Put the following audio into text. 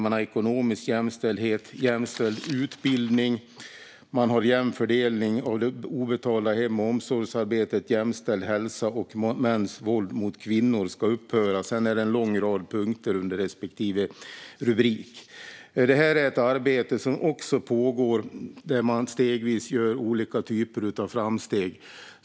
Det finns ett delmål om ekonomisk jämställdhet och ett om jämställd utbildning. Det finns ett delmål om jämn fördelning av det obetalda hem och omsorgsarbetet, ett om jämställd hälsa och ett om att mäns våld mot kvinnor ska upphöra. Sedan är det en lång rad punkter under respektive rubrik. Detta är ett arbete som pågår och där man stegvis gör olika typer av framsteg.